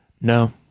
No